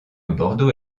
bordeaux